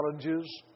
challenges